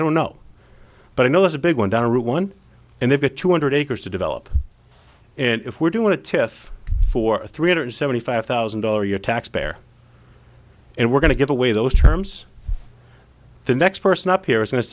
don't know but i know there's a big one down route one and they've got two hundred acres to develop and if we're doing a test for three hundred seventy five thousand dollars your taxpayer and we're going to give away those terms the next person up here is going to